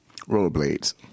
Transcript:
Rollerblades